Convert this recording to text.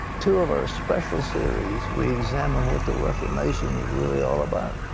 two of our special series, we examine what the reformation was really all about,